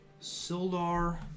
Sildar